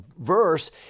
verse